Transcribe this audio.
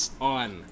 on